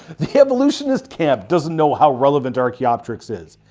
the evolutionist camp doesn't know how relevent archaeopteryx is.